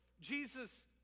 Jesus